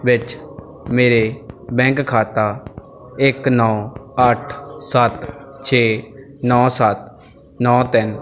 ਵਿੱਚ ਮੇਰੇ ਬੈਂਕ ਖਾਤਾ ਇੱਕ ਨੌ ਅੱਠ ਸੱਤ ਛੇ ਨੌ ਸੱਤ ਨੌ ਤਿੰਨ